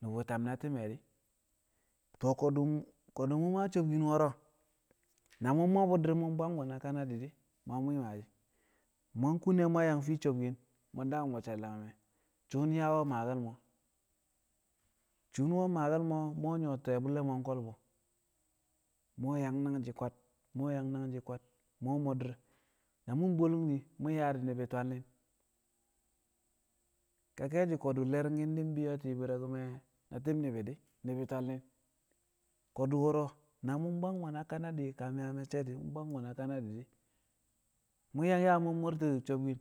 nu̱bu̱ tam na ti̱me̱ di̱ ko̱du̱ mu̱ maa sobkin wo̱ro̱ na mu̱ mo̱tti̱n dir mu̱ bwang bu̱ na kanadi̱ di̱ ma mu̱ mwi̱i̱ maashi̱ mu̱ yang kune mu̱ yaa fii sobkin mu̱ daku̱m bu̱ she̱l dagme̱ suun yang ka maake̱l mo̱ suun we̱ maake̱l mo̱ mu̱ we̱ nyu̱wo̱ ti̱ye̱ bu̱lle̱l mo̱ ko̱lbu̱ mu̱ we̱ yang nangshi̱ kwad mu̱ we̱ yang nangshi̱ kwad mu̱ we̱ mo dir na mu̱ bolung di̱ mu̱ yaa di̱ ni̱bi̱ twalni̱n ka ke̱e̱shi̱ ko̱du̱ le̱ri̱ngki̱n di̱ bi̱yo̱ a ti̱i̱bi̱r re̱ ku̱me̱ na ti̱b ni̱bi̱ di̱ ni̱bi̱ twal ni̱n ko̱du̱ wo̱ro̱ na mu̱ bwang bu̱ na kanadɪ kam yaa me̱cce̱ di̱ mu̱ bwang na kanadi̱ di̱ mu̱ yang yaa mu̱ mo̱rti̱ sobkin